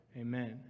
Amen